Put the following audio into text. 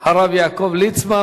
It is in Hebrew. הרב יעקב ליצמן,